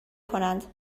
کنند